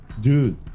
dude